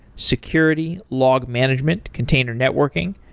security, log management, container networking,